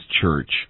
church